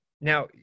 Now